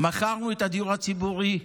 מכרנו את הדיור הציבורי,